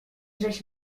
żeś